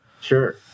Sure